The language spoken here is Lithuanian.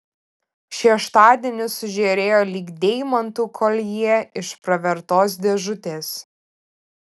šeštadienis sužėrėjo lyg deimantų koljė iš pravertos dėžutės